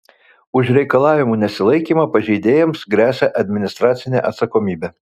už reikalavimų nesilaikymą pažeidėjams gresia administracinė atsakomybė